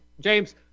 James